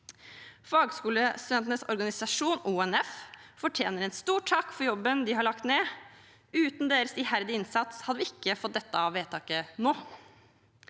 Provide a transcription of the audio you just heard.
Fagskolestudentenes organisasjon, ONF, fortjener en stor takk for jobben de har lagt ned. Uten deres iherdige innsats hadde vi ikke fått dette vedtaket nå.